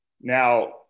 Now